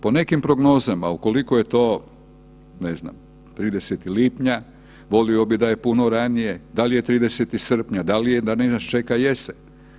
Po nekim prognozama, ukoliko je to, ne znam, 30. lipnja, volio bih da je puno ranije, da li je 30. srpnja, da li je, da li nas čeka jesen?